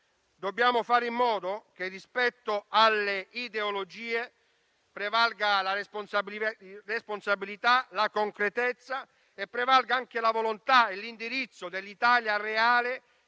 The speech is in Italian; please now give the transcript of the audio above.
Dobbiamo fare in modo che, rispetto alle ideologie, prevalgano la responsabilità, la concretezza, nonché la volontà e l'indirizzo dell'Italia reale